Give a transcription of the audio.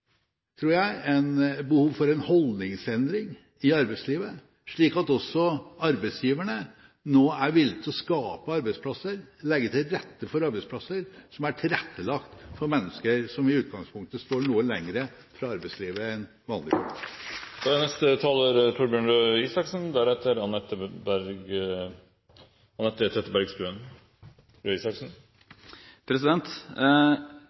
holdningsendring i arbeidslivet, slik at også arbeidsgiverne nå er villige til å skape arbeidsplasser, legge til rette for arbeidsplasser for mennesker som i utgangspunktet står noe lenger fra arbeidslivet enn vanlige folk. Kravet om at offentlige anbudsprosesser skal følge norske lønns- og arbeidskravsvilkår, er